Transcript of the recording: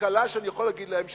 קלה שאני יכול להגיד להם,